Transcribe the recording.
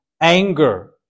anger